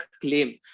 claim